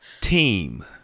team